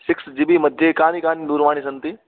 six GB मध्ये काः काः दूरवाण्यः सन्ति